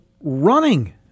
running